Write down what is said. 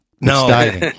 No